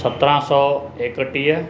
सत्रहं सौ एकटीह